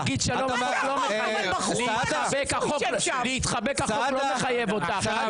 להגיד שלום ולהתחבק החוק לא מחייב אותך.